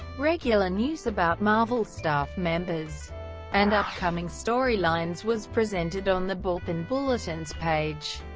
regular news about marvel staff members and upcoming storylines was presented on the bullpen bulletins page,